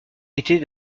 était